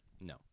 No